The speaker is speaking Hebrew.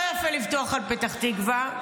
לא יפה לפתוח על פתח תקווה,